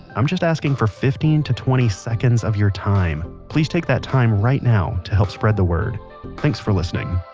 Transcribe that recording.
i'm just asking for fifteen to twenty seconds of your time. please take that time right now to help spread the word thanks for listening